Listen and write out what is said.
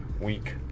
week